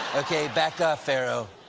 okay, back off, pharaoh.